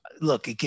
Look